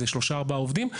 זה שלושה-ארבעה עובדים.